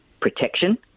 protection